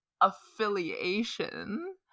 affiliation